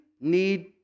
need